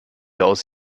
aus